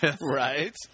Right